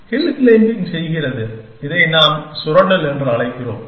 hill climbing செய்கிறது இதை நாம் சுரண்டல் என்று அழைக்கிறோம்